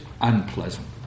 unpleasant